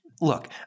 Look